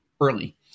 early